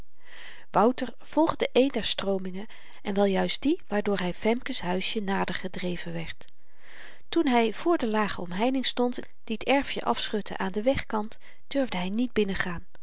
wouter volgde een der stroomingen en wel juist die waardoor hy femke's huisje nader gedreven werd toen hy voor de lage omheining stond die t erfjen afschutte aan den wegkant durfde hy niet binnengaan